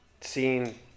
seeing